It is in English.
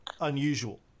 unusual